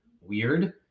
weird